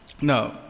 No